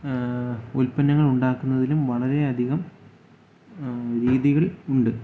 ഉൽപന്നങ്ങളുണ്ടാക്കുന്നതിനും വളരെയധികം രീതികൾ ഉണ്ട്